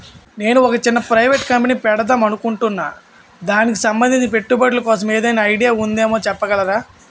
నేను ఒక చిన్న ప్రైవేట్ కంపెనీ పెడదాం అనుకుంటున్నా దానికి సంబందించిన పెట్టుబడులు కోసం ఏదైనా ఐడియా ఉందేమో చెప్పగలరా?